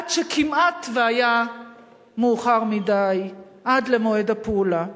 עד שכמעט היה מאוחר מדי עד למועד הפעולה.